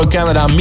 Canada